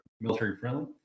military-friendly